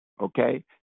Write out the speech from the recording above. okay